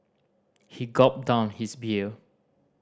he gulped down his beer